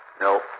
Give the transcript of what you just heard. No